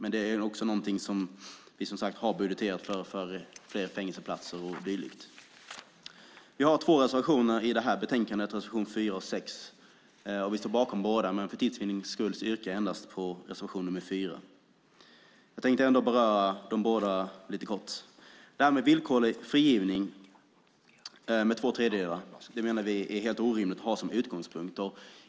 Vi har som sagt budgeterat för fler fängelseplatser och dylikt. Vi har två reservationer till betänkandet, reservationerna 4 och 6. Vi står bakom båda, men för tids vinnande yrkar jag bifall endast till reservation nr 4. Jag tänkte ändå beröra båda lite kort. Vi menar att villkorlig frigivning efter två tredjedelar av avtjänat straff är en helt orimlig utgångspunkt.